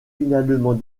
finalement